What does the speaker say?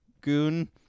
goon